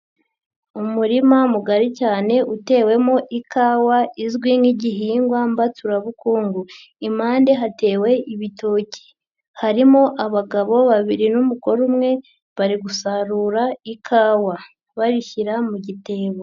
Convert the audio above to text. Umurima mugari cyane utewemo ikawa izwi nk'igihingwa mbaturabukungu, impande hatewe ibitoki, harimo abagabo babiri n'umugore umwe bari gusarura ikawa bayishyira mu gitebo.